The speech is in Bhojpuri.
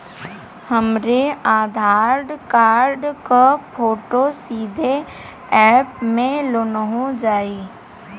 हमरे आधार कार्ड क फोटो सीधे यैप में लोनहो जाई?